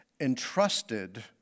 entrusted